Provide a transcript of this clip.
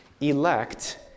elect